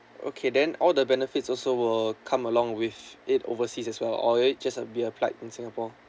okay then all the benefits also will come along with it overseas as well or it just uh will be applied in singapore